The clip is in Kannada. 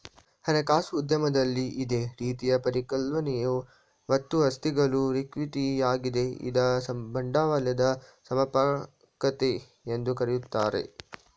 ಹಣಕಾಸು ಉದ್ಯಮದಲ್ಲಿ ಇದೇ ರೀತಿಯ ಪರಿಕಲ್ಪನೆಯು ಒಟ್ಟು ಆಸ್ತಿಗಳು ಈಕ್ವಿಟಿ ಯಾಗಿದೆ ಇದ್ನ ಬಂಡವಾಳದ ಸಮರ್ಪಕತೆ ಎಂದು ಕರೆಯುತ್ತಾರೆ